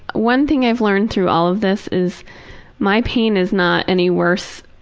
one thing i've learned through all of this is my pain is not any worse,